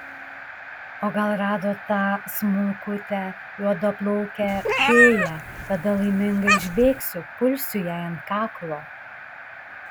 o gal rado tą smulkutę juodaplaukę fėją tada laiminga išbėgsiu pulsiu jai ant kaklo